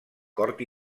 cort